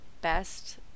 best